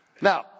Now